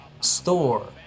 store